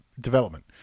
development